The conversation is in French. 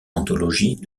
anthologies